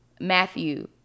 Matthew